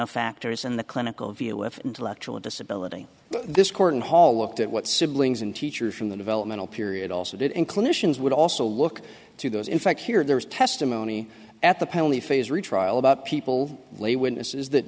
of factors and the clinical view with intellectual disability this cornhole looked at what siblings and teachers from the developmental period also did in clinicians would also look to those in fact here there was testimony at the penalty phase retrial about people lay witnesses that